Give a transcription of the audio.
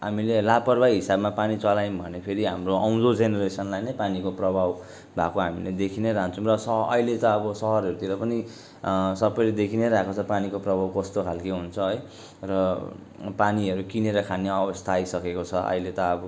हामीले लापरवाही हिसाबमा पानी चलायौँ भने फेरि हाम्रो आउँदो जेनेरेसनलाई नै पानीको प्रभाव भएको हामीले देखिनै रहेको छौँ र अहिले त अब सहरहरूतिर पनि सबैले देखिनै रहेको हुन्छ पानीको प्रभाव कस्तो खालके हुन्छ है र पानीहरू किनेर खाने अवस्था आइसकेको छ अहिले त अब